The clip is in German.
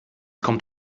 kommt